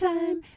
Time